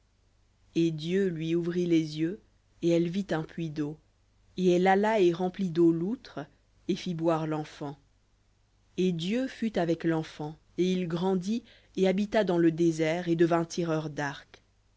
et dieu lui ouvrit les yeux et elle vit un puits d'eau et elle alla et remplit d'eau l'outre et fit boire lenfant et dieu fut avec l'enfant et il grandit et habita dans le désert et devint tireur d'arc